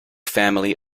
family